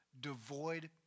devoid